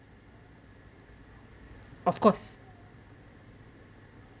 of course